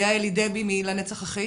היה אלי דבי מ"לנצח אחי",